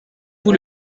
vous